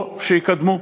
או שיקודם.